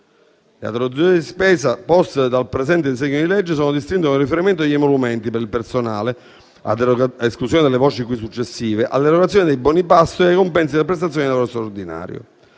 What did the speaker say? Le autorizzazioni di spesa poste dal presente disegno di legge sono distinte con riferimento agli emolumenti per il personale (ad esclusione delle voci qui successive), all'erogazione dei buoni pasto e ai compensi per prestazioni di lavoro straordinario.